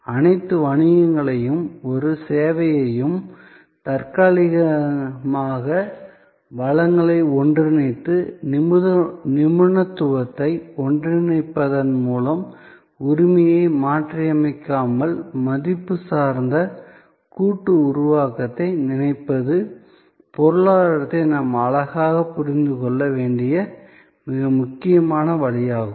அனைத்து வணிகங்களையும் ஒரு சேவையையும் தற்காலிகமாக வளங்களை ஒன்றிணைத்து நிபுணத்துவத்தை ஒன்றிணைப்பதன் மூலம் உரிமையை மாற்றியமைக்காமல் மதிப்பு சார்ந்த கூட்டு உருவாக்கத்தை நினைப்பது பொருளாதாரத்தை நாம் ஆழமாக புரிந்து கொள்ள வேண்டிய மிக முக்கியமான வழியாகும்